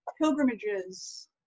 pilgrimages